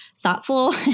thoughtful